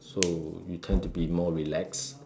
so you tend to be more relaxed